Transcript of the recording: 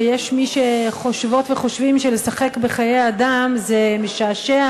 שיש מי שחושבות וחושבים שלשחק בחיי אדם זה משעשע,